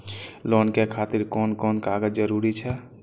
Loan के खातिर कोन कोन कागज के जरूरी छै?